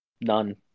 None